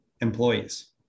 employees